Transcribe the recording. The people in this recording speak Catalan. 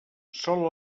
sol